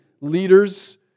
leaders